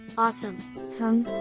awesome hmm?